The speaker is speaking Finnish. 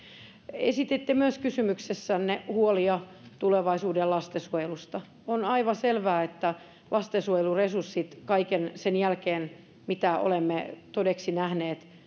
esititte kysymyksessänne myös huolia tulevaisuuden lastensuojelusta on aivan selvää että lastensuojelun resurssit kaiken sen jälkeen mitä olemme todeksi nähneet